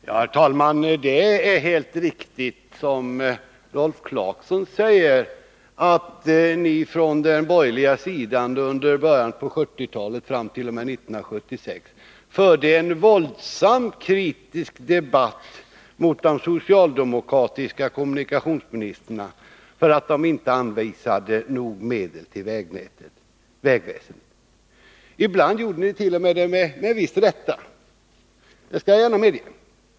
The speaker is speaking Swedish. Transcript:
Herr talman! Det är helt riktigt, som Rolf Clarkson säger, att ni från den borgerliga sidan under början på 1970-talet och fram t.o.m. år 1976 förde en våldsamt kritisk debatt mot de socialdemokratiska kommunikationsministrarna för att dessa inte anvisade tillräckligt med medel till vägväsendet. Ibland gjorde ni dett.o.m. med viss rätt; det skall jag gärna medge.